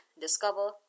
discover